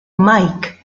mike